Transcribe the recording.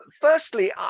Firstly